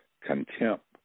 contempt